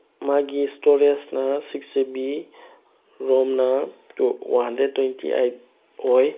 ꯃꯥꯒꯤ ꯏꯁꯇꯣꯔꯦꯖꯅ ꯁꯤꯛꯁ ꯖꯤ ꯕꯤ ꯔꯣꯝꯅ ꯋꯥꯟ ꯍꯟꯗ꯭ꯔꯦꯠ ꯇ꯭ꯋꯦꯟꯇꯤ ꯑꯩꯠ ꯑꯣꯏ